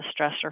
stressor